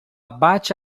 bate